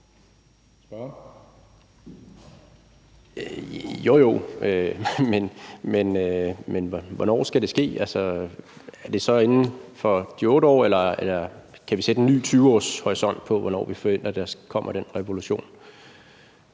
Jo jo, men hvornår skal det ske? Er det inden for de 8 år, eller kan vi sætte en ny 20-årshorisont for, hvornår vi forventer, at der kommer den revolution?